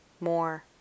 more